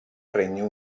regno